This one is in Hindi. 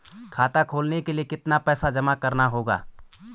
खाता खोलने के लिये कितना पैसा जमा करना होगा?